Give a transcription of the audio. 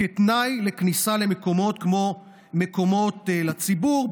כתנאי לכניסה למקומות כגון מקומות לציבור,